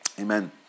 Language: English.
Amen